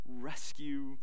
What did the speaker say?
rescue